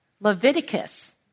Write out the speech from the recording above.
Leviticus